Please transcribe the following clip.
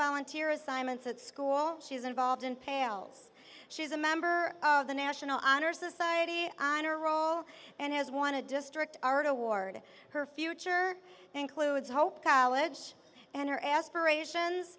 volunteer assignments at school she's involved in pails she's a member of the national honor society honor roll and has won a district are toward her future includes hope college and her aspirations